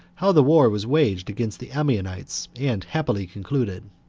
how the war was waged against the ammonites and happily concluded.